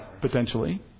potentially